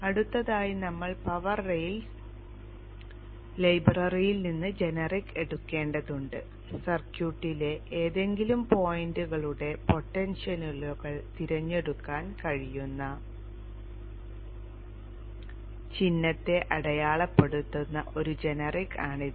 അടുത്തതായി നമ്മൾ power rails ലൈബ്രറിയിൽ നിന്ന് ജനറിക് എടുക്കേണ്ടതുണ്ട് സർക്യൂട്ടിലെ ഏതെങ്കിലും പോയിന്റുകളുടെ പൊട്ടൻഷ്യലുകൾ തിരഞ്ഞെടുക്കാൻ കഴിയുന്ന ചിഹ്നത്തെ അടയാളപ്പെടുത്തുന്ന ഒരു ജനറിക് ആണ് ഇത്